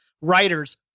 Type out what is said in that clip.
Writers